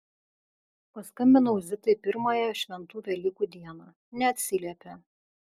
paskambinau zitai pirmąją šventų velykų dieną neatsiliepia